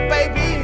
Baby